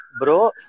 bro